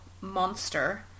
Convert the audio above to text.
monster